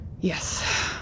Yes